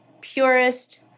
purest